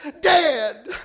dead